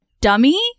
dummy